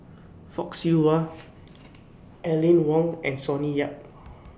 Fock Siew Wah Aline Wong and Sonny Yap